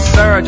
Sir